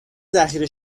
ذخیره